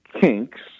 Kinks